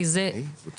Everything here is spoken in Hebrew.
כי זה קריטי.